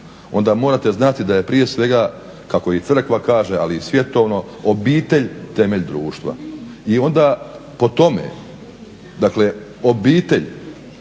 onda morate znati da je prije svega kako i crkava kaže, ali i svjetovno obitelj temelj društva i onda po tome, dakle obitelj